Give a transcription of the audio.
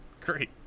Great